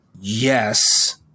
yes